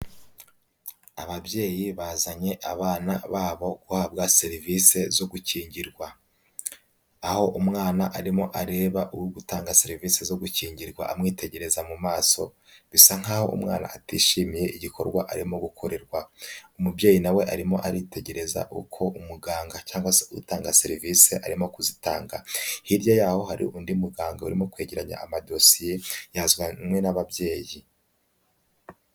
Ababyeyi bazanye abana babo guhabwa serivisi zo gukingirwa, aho umwana arimo areba uri gutanga serivisi zo gukingirwa amwitegereza mu maso, bisa nk'aho umwana atishimiye igikorwa arimo gukorerwa, umubyeyi nawe arimo aritegereza uko umuganga cyangwa se utanga serivisi arimo kuzitanga, hirya y'aho hari undi muganga urimo kwegeranya amadosiye yazanywe n'ababyeyi.